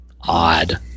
odd